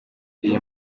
iyi